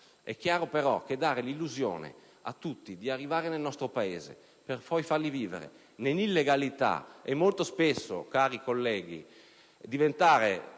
È chiaro però che non si deve dare l'illusione a tutti di arrivare nel nostro Paese per poi farli vivere nell'illegalità. Molto spesso, cari colleghi, queste